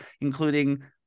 including